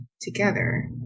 together